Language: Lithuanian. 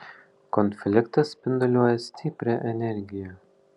konfliktas spinduliuoja stiprią energiją